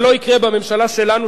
זה לא יקרה בממשלה שלנו,